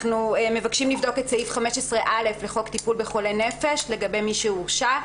אנחנו מבקשים לבדוק את סעיף 15א לחוק טיפול בחולי נפש לגבי מי שהורשע,